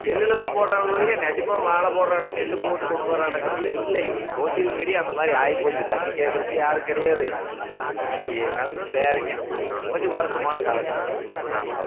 செல்லில்தான் போடுறாங்க ஒழிய நெஜமாக வாழ போடறானா நெல் போட்டு கொண்டு வராணுங்கிறதல்ல இல்லை இன்றைக்கி சோஷியல் மீடியா அந்த மாதிரி ஆகி போச்சு தட்டி கேட்குறக்கு யாரும் கிடையாது இன்றைக்கி நிலம வேறேங்க கொஞ்சம் வருத்தமான காலகட்டந்தான் ஆமாங்க